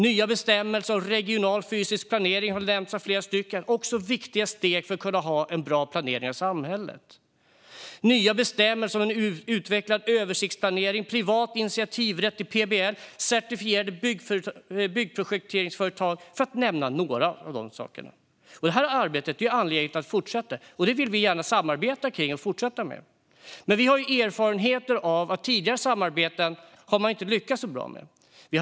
Nya bestämmelser och regional fysisk planering har nämnts av flera, och de är också viktiga steg för en bra planering av samhället. Nya bestämmelser om en utvecklad översiktsplanering, privat initiativrätt i PBL och certifierade byggprojekteringsföretag är några av dessa steg. Det här arbetet finns det anledning att fortsätta med, och vi vill gärna samarbeta om detta. Men vi har erfarenheter av att tidigare samarbeten inte har lyckats så bra.